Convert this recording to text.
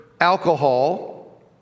alcohol